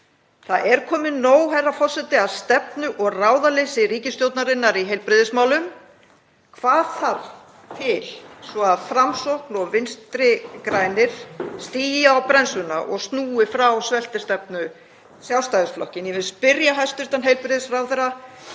Það er komið nóg, herra forseti, af stefnu- og ráðaleysi ríkisstjórnarinnar í heilbrigðismálum. Hvað þarf til svo að Framsókn og Vinstri græn stígi á bremsuna og snúi frá sveltistefnu Sjálfstæðisflokksins? Ég vil spyrja hæstv. heilbrigðisráðherra: